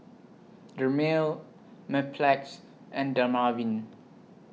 Dermale Mepilex and Dermaveen